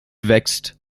wächst